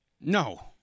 No